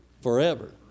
forever